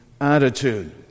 attitude